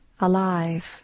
alive